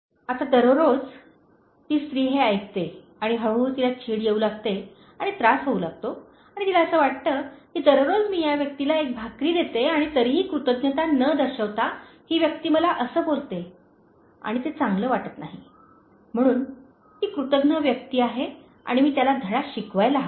" आता दररोज ती स्त्री हे ऐकते आणि हळूहळू तिला चिड येऊ लागते आणि त्रास होऊ लागतो आणि तिला असे वाटते की दररोज मी या व्यक्तीला एक भाकर देते आणि तरीही कृतज्ञता न दर्शविता ही व्यक्ती मला असे बोलते आणि ते चांगले वाटत नाही म्हणून ती कृतघ्न व्यक्ती आहे आणि मी त्याला धडा शिकवायला हवा